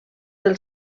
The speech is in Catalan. del